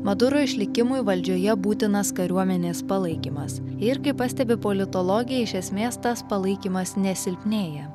maduro išlikimui valdžioje būtinas kariuomenės palaikymas ir kaip pastebi politologė iš esmės tas palaikymas nesilpnėja